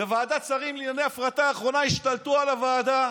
בוועדת שרים לענייני הפרטה אחרונה השתלטו על הוועדה.